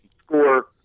score